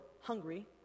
hungry